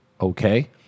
okay